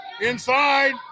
inside